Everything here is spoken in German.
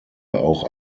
auch